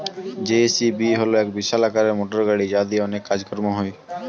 JCB হল এক বিশাল আকারের মোটরগাড়ি যা দিয়ে অনেক কাজ কর্ম হয়